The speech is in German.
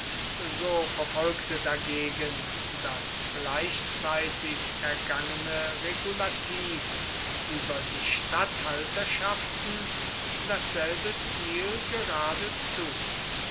so verfolgte dagegen das gleichzeitig ergangene regulativ über die statthalterschaften dasselbe ziel geradezu